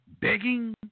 begging